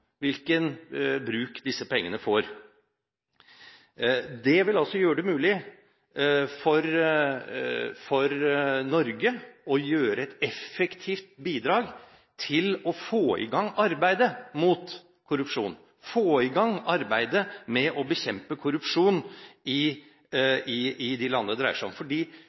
Det vil gjøre det mulig for Norge å gi et effektivt bidrag til å få i gang arbeidet mot korrupsjon, få i gang arbeidet med å bekjempe korrupsjon i de landene det dreier seg om.